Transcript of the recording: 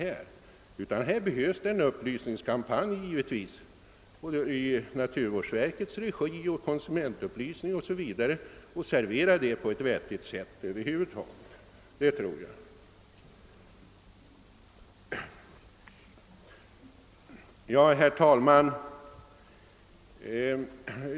Här behövs givetvis en konsumentupplysningskampanj i naturvårdsverkets regi. Denna måste läggas upp på ett vettigt sätt. Herr talman!